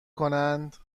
کنند